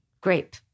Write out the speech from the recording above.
grape